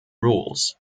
rules